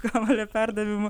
kamuolio perdavimų